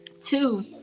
Two